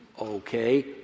Okay